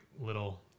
little